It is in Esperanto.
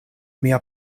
mia